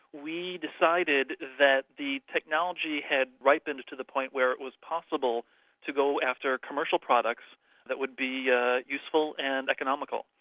we decided that the technology had ripened to the point where it was possible to go after commercial products that would be ah useful and economical.